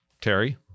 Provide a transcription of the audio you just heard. Terry